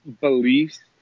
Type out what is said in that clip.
beliefs